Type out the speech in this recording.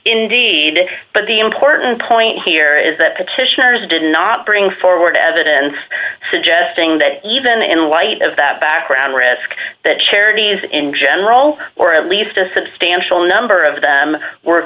indeed but the important point here is that petitioners did not bring forward evidence suggesting that even in light of that background risk that charities in general or at least a substantial number of them were